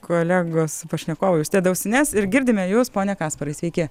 kolegos pašnekovai užsideda ausines ir girdime jus pone kasparai sveiki